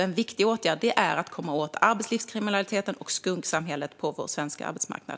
En viktig åtgärd är alltså att komma åt arbetslivskriminaliteten och skuggsamhället på vår svenska arbetsmarknad.